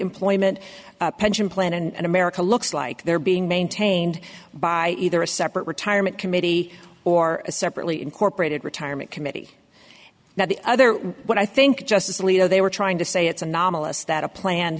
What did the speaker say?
employment pension plan and america looks like they're being maintained by either a separate retirement committee or a separately incorporated retirement committee now the other what i think justice alito they were trying to say it's anomalous that a plan